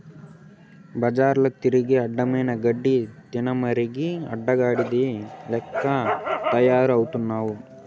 బజార్ల తిరిగి అడ్డమైన గడ్డి తినమరిగి అడ్డగాడిద లెక్క తయారవుతున్నావు